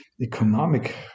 economic